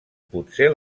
potser